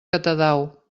catadau